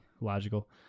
logical